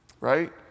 Right